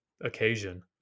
occasion